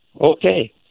okay